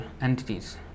entities